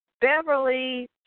Beverly